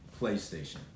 PlayStation